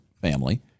family